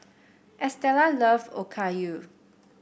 Estela love Okayu